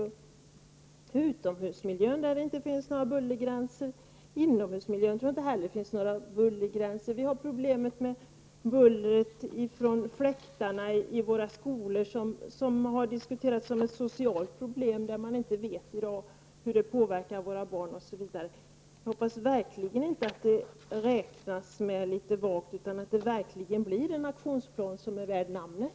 Det gäller utomhusmiljön, där det inte finns några bullergränser. Jag tror inte heller att det finns några bullergränser för inomhusmiljön. Vi har t.ex. problem med bullret från fläktarna i skolorna, som har diskuterats som ett socialt problem. Man vet inte hur det påverkar våra barn. Jag hoppas att det verkligen blir en aktionsplan som är värd namnet.